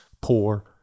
poor